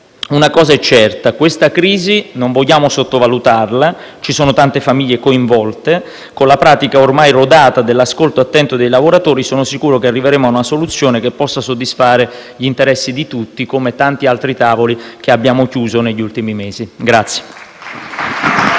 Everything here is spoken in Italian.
Una cosa è certa: questa crisi non vogliamo sottovalutarla, ci sono tante famiglie coinvolte. Con la pratica ormai rodata dell'ascolto attento dei lavoratori, sono sicuro che arriveremo a una soluzione che possa soddisfare gli interessi di tutti, come tanti altri tavoli che abbiamo chiuso negli ultimi mesi*.